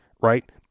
right